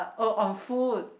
oh on food